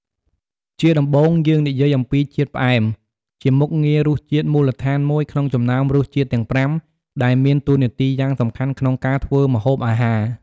ជាដំបូង យើងនិយាយអំពីជាតិផ្អែម ជាមុខងាររសជាតិមូលដ្ឋានមួយក្នុងចំណោមរសជាតិទាំងប្រាំ ដែលមានតួនាទីយ៉ាងសំខាន់ក្នុងការធ្វើម្ហូបអាហារ។។